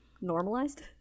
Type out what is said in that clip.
normalized